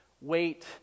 Wait